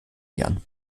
gern